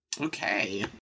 Okay